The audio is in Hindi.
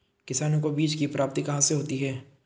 किसानों को बीज की प्राप्ति कहाँ से होती है?